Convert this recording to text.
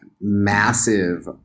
massive